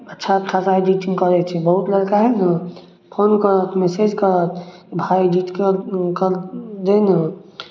अच्छा खासा एडिटिंग करै छी बहुत लड़का हए नऽ फोन करत मैसेज करत भाय एडिट कर कर दे ने